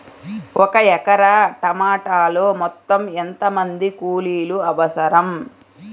ఒక ఎకరా టమాటలో మొత్తం ఎంత మంది కూలీలు అవసరం?